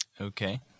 Okay